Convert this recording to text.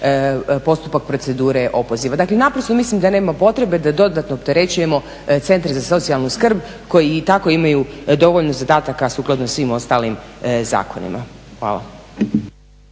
postupak procedure opoziva. Dakle, naprosto mislim da nema potrebe da dodatno opterećujemo centre za socijalnu skrb koji i tako imaju dovoljno zadataka sukladno svim ostalim zakonima. Hvala.